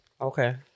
Okay